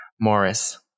Morris